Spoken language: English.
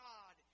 God